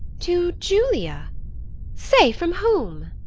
to julia' say, from whom?